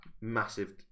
massive